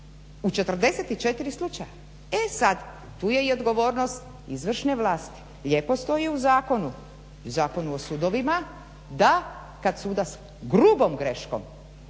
U 44 slučaja e sad tu je i odgovornost izvršne vlasti. Lijepo stoji u zakonu, Zakonu o sudovima da kad sudac grubom greškom